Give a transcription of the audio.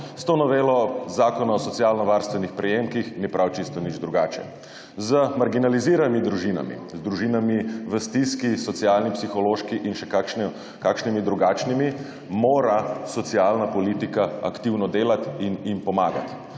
S to novelo Zakona o socialnovarstvenih prejemkih ni prav čisto nič drugače. Z marginaliziranih družinami, z družinami v stiski, socialni, psihološki in še kakšnimi drugačnimi mora socialna politika aktivno delati in jim pomagati.